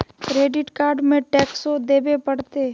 Credit card में टेक्सो देवे परते?